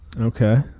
Okay